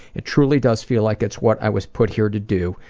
it truly does feel like it's what i was put here to do,